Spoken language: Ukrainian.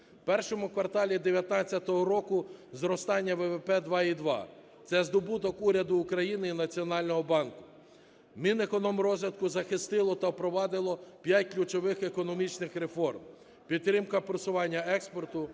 В першому кварталі 19-го року зростання ВВП 2,2. Це здобуток уряду України і Національного банку. Мінекономрозвитку захистило та впровадило п'ять ключових економічних реформ: підтримка просування експорту,